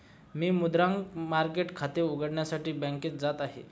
मी मुद्रांक मार्केट खाते उघडण्यासाठी बँकेत जात आहे